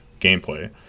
gameplay